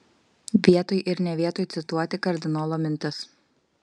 vietoj ir ne vietoj cituoti kardinolo mintis